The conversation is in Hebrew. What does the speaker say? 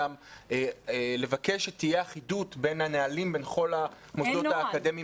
וגם לבקש שתהיה אחידות בין הנהלים בין כל המוסדות האקדמיים